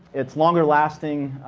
it's longer lasting.